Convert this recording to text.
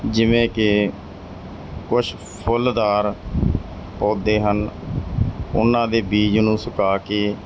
ਜਿਵੇਂ ਕਿ ਕੁਛ ਫੁੱਲਦਾਰ ਪੌਦੇ ਹਨ ਉਹਨਾਂ ਦੇ ਬੀਜ ਨੂੰ ਸੁਕਾ ਕੇ